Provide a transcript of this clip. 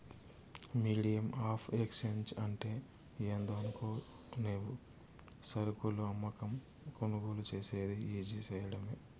medium of exchange అంటే ఏందో అనుకునేవు సరుకులు అమ్మకం, కొనుగోలు సేసేది ఈజీ సేయడమే